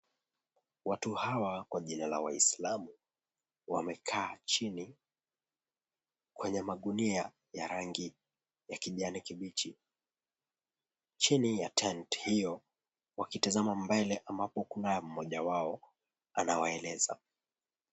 Watu hawa kwa jina la waislamu, wamekaa chini, kwenye magunia ya rangi ya kijani kibichi, chini ya tent hiyo wakitazama mbele ambapo kunae mmoja wao anawaeleza.